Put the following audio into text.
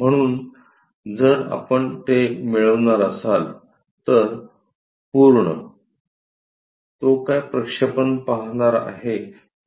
म्हणून जर आपण ते मिळवणार असाल तर पूर्ण तो काय प्रक्षेपण पाहणार आहे